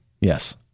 Yes